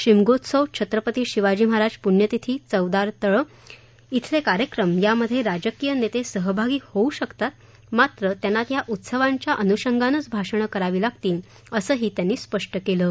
शिमगोत्सव छत्रपती शिवाजी महाराज प्रण्यतिथी चवदार तळे येथील कार्यक्रम यामध्ये राजकीय नेते सहभागी होऊ शकतात मात्र त्यांना त्या उत्सवांच्या अनुषंगानेच भाषणे करावी लागतील असेही त्यांनी स्पष्ट केलं आहे